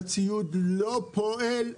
לא פועל.